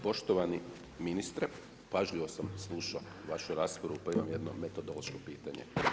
Poštovani ministre, pažljivo sam slušao vašu raspravu pa imam jedno metodološko pitanje.